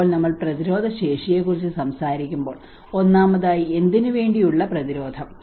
അപ്പോൾ നമ്മൾ പ്രതിരോധശേഷിയെക്കുറിച്ച് സംസാരിക്കുമ്പോൾ ഒന്നാമതായി എന്തിനുവേണ്ടിയുള്ള പ്രതിരോധം